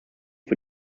für